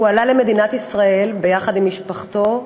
הוא עלה למדינת ישראל ביחד עם משפחתו,